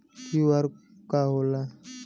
QR का होला?